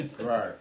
Right